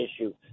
issue